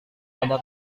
pada